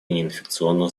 неинфекционных